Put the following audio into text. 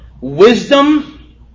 wisdom